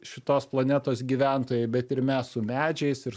šitos planetos gyventojai bet ir mes su medžiais ir